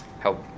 help